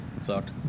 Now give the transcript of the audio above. sucked